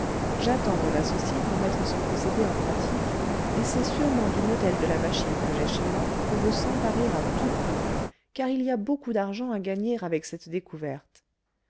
j'attends mon associé pour mettre ce procédé en pratique et c'est sûrement du modèle de la machine que j'ai chez moi qu'on veut s'emparer à tout prix car il y a beaucoup d'argent à gagner avec cette découverte